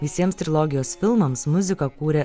visiems trilogijos filmams muziką kūrė